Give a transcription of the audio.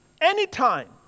Anytime